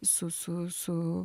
su su su